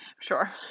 Sure